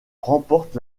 remporte